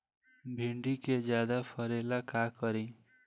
भिंडी के ज्यादा फरेला का करी?